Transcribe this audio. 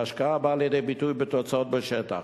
ההשקעה באה לידי ביטוי בתוצאות בשטח.